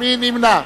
מי נמנע?